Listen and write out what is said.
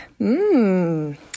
Mmm